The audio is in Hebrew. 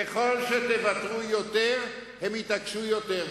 ככל שתוותרו יותר, הם יתעקשו יותר.